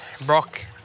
Brock